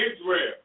Israel